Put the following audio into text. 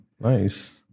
Nice